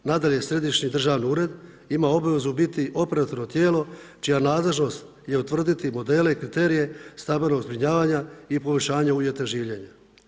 Nadalje, središnji državni ured ima obvezu biti operativno tijelo čija nadležnost je utvrditi modele i kriterije stambenog zbrinjavanja i poboljšanja uvjeta življenja.